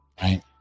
right